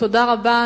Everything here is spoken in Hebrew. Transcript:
תודה רבה.